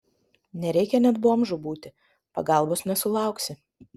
nereikia net bomžu būti pagalbos nesulauksi